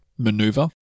Maneuver